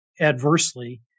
adversely